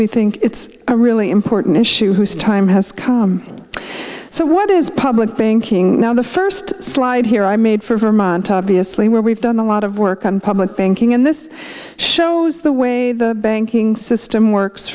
we think it's a really important issue whose time has come so what is public banking now the first slide here i made for vermont obviously where we've done a lot of work on public banking and this shows the way the banking system works